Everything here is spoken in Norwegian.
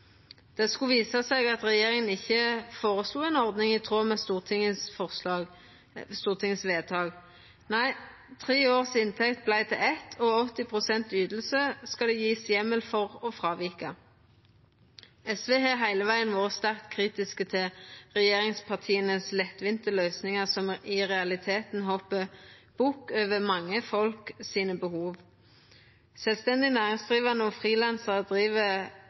Det skulle visa seg at regjeringa ikkje føreslo ei ordning i tråd med stortingsvedtaket. Nei, tre års inntekt vart til eitt, og ei 80 pst.-løyving skal det verta gjeve heimel for å vika frå. SV har heile vegen vore sterkt kritisk til dei lettvinte løysingane til regjeringspartia, som i realiteten hoppar bukk over behova til mange folk. Sjølvstendig næringsdrivande og